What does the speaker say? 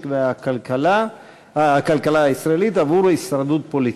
והכלכלה הישראלית עבור הישרדות פוליטית.